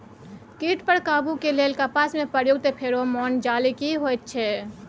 कीट पर काबू के लेल कपास में प्रयुक्त फेरोमोन जाल की होयत छै?